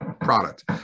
product